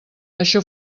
això